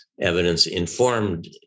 evidence-informed